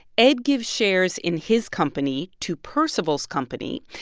ed give shares in his company to percival's company,